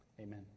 Amen